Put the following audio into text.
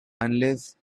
unless